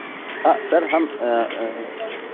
سر ہم